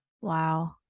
Wow